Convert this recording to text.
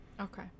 Okay